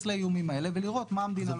לאיומים האלה ולראות מה המדינה לוקחת על עצמה.